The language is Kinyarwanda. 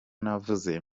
navuze